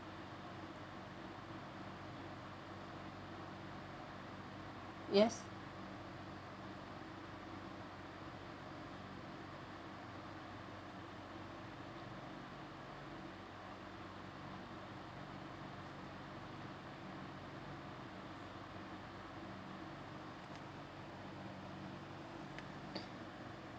yes